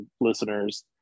listeners